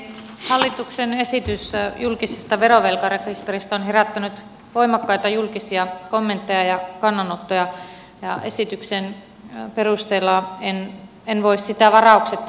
hallituksen esitys julkisesta verovelkarekisteristä on herättänyt voimakkaita julkisia kommentteja ja kannanottoja ja esityksen perusteella en voi sitä varauksetta itsekään kannattaa